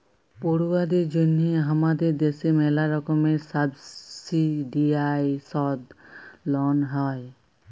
পড়ুয়াদের জন্যহে হামাদের দ্যাশে ম্যালা রকমের সাবসিডাইসদ লন হ্যয়